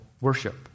worship